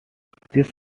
this